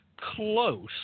close